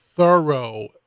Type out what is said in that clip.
thorough